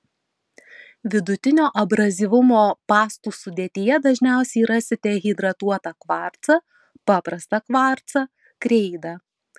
vidutinio abrazyvumo pastų sudėtyje dažniausiai rasite hidratuotą kvarcą paprastą kvarcą kreidą